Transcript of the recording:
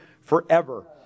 forever